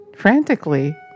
Frantically